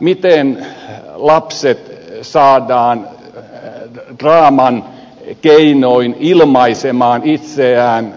miten lapset saadaan draaman keinoin ilmaisemaan itseään